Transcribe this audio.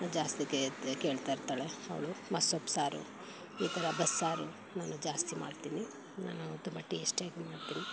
ಜಾಸ್ತಿ ಕೇಳ್ತಾಯಿರ್ತಾಳೆ ಅವಳು ಮತ್ತು ಸೊಪ್ಪು ಸಾರು ಈ ಥರ ಬಸ್ಸಾರು ನಾನು ಜಾಸ್ತಿ ಮಾಡ್ತೀನಿ ನಾನು ತುಂಬ ಟೇಸ್ಟಿಯಾಗಿ ಮಾಡ್ತೀನಿ